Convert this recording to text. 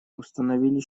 установили